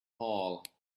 hall